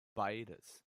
beides